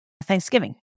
Thanksgiving